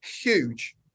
huge